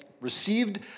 received